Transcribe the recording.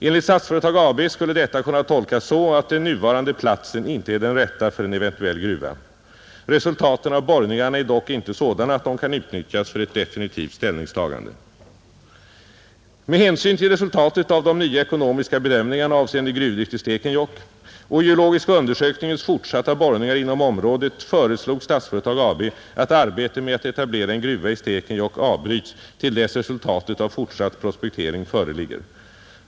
Enligt Statsföretag AB skulle detta kunna tolkas så att den nuvarande platsen inte är den rätta för en eventuell gruva, Resultaten av borrningarna är dock inte sådana att de kan utnyttjas för ett definitivt ställningstagande. Med hänsyn till resultatet av de nya ekonomiska bedömningarna avseende gruvdrift i Stekenjokk och geologiska undersökningens fortsatta borrningar inom området föreslog Statsföretag AB att arbetet med att etablera en gruva i Stekenjokk avbryts till dess resultatet av fortsatt prospektering föreligger.